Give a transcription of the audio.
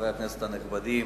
חברי כנסת נכבדים,